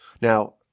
Now